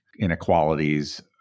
inequalities